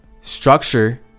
structure